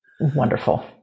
Wonderful